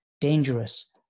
dangerous